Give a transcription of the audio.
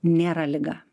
nėra liga